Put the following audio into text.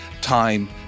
time